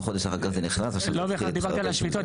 וחודש אחר כך זה נכנס --- בכלל לא דיברתי על השביתות,